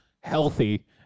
healthy